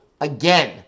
Again